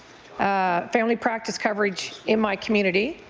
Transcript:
ah family practice coverage in my community.